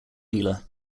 dealer